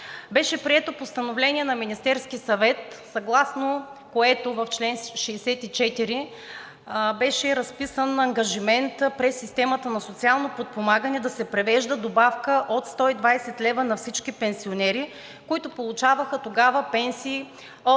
беше прието Постановление на Министерския съвет, съгласно което в чл. 64 беше разписан ангажимент, през системата на социалното осигуряване да се превежда добавка от 120 лв. на всички пенсионери, които тогава получаваха пенсии от